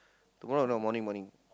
tomorrow I know morning morning